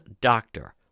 Doctor